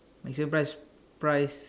maximum price